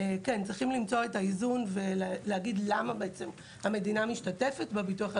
צריכים למצוא את האיזון ולהגיד למה בעצם המדינה משתתפת בביטוח הלאומי.